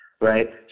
right